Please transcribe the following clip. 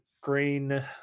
green